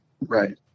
Right